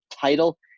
title